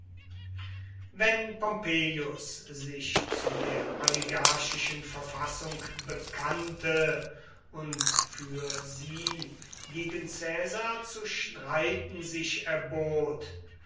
wenn pompeius sich zu der oligarchischen verfassung bekannte und für sie gegen caesar zu streiten sich erbot